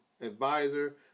advisor